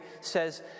says